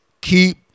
keep